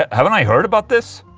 haven't i heard about this?